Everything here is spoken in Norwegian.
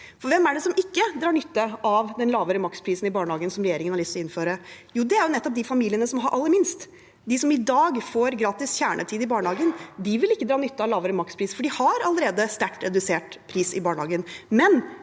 hvem er det som ikke drar nytte av lavere makspris i barnehagen, som regjeringen har lyst til å innføre? Jo, det er nettopp de familiene som har aller minst, de som i dag får gratis kjernetid i barnehagen. De vil ikke dra nytte av lavere makspris, for de har allerede sterkt redusert pris i barnehagen,